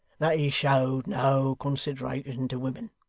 that he showed no consideration to women.